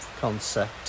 concept